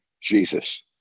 Jesus